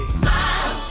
smile